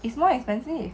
it's more expensive